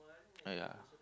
ah ya